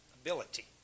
ability